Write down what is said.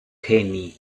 kenny